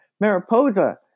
Mariposa